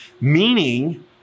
meaning